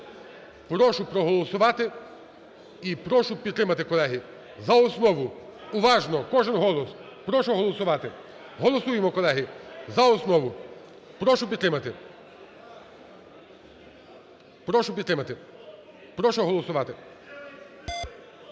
Прошу проголосувати і прошу підтримати, колеги. За основу. Уважно, кожен голос, прошу голосувати. Голосуємо, колеги, за основу. Прошу підтримати. Прошу підтримати, прошу голосувати.